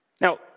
Now